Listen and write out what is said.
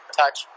touch